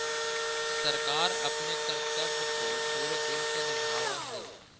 सरकार अपने कर्तव्य को पूरे दिल से निभावअ हई